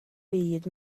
byd